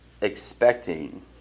expecting